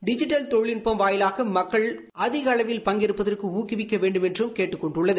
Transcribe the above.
digital தொழில்நுட்பம் வாயிலாக மக்கள் அதிக அளவில் பங்கேற்பதற்கு ஊக்குவிக்க வேண்டுமென்றும் கேட்டுக் கொண்டுள்ளது